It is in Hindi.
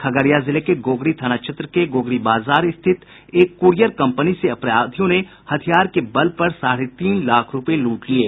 खगड़िया जिले के गोगरी थाना क्षेत्र के गोगरी बाजार स्थित एक कूरियर कंपनी से अपराधियों ने हथियार के बल साढ़े तीन लाख रूपये लूट लिये